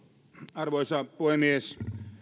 arvoisa puhemies